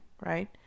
right